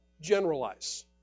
generalize